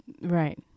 Right